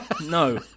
No